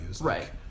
right